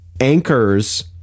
anchors